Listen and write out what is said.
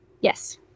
Yes